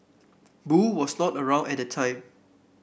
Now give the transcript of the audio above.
boo was not around at the time